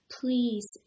please